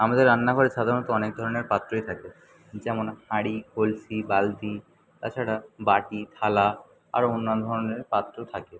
আমাদের রান্নাঘরে সাধারণত অনেক ধরণের পাত্রই থাকে যেমন হাঁড়ি কলসি বালতি তাছাড়া বাটি থালা আরও অন্যান্য ধরণের পাত্র থাকে